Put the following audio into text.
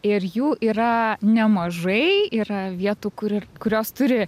ir jų yra nemažai yra vietų kur ir kurios turi